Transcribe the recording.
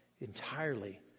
entirely